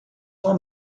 uma